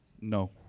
No